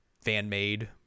fan-made